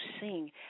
sing